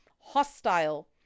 hostile